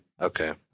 Okay